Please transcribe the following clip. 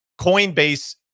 Coinbase